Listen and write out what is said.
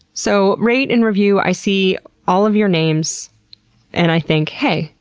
so, rate and review. i see all of your names and i think hey!